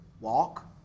walk